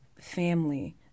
family